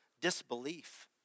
disbelief